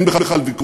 אין בכלל ויכוח.